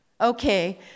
Okay